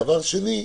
דבר שני,